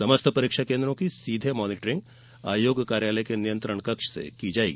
समस्त परीक्षा केन्द्रों की सीधे मॉनीटरिंग आयोग कार्यालय के नियंत्रण कक्ष से की जायेगी